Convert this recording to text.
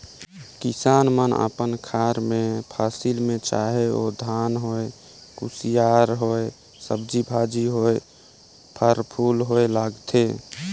किसान मन अपन खार मे फसिल में चाहे ओ धान होए, कुसियार होए, सब्जी भाजी होए, फर फूल होए लगाथे